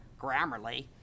grammarly